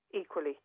equally